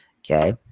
Okay